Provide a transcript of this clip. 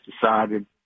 decided